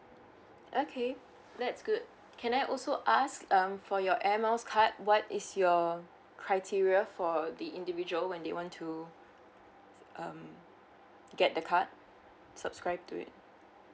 okay that's good can I also ask um for your air miles card what is your criteria for the individual when they want to um get the card subscribe to it